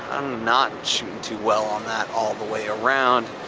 not shooting too well on that all the way around.